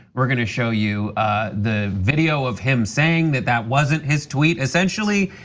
we're gonna show you the video of him saying that that wasn't his tweet essentially.